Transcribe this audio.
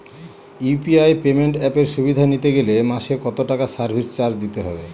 UPI payment অ্যাপের সুবিধা নিতে গেলে মাসে কত টাকা সার্ভিস চার্জ দিতে হবে?